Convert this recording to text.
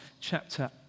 chapter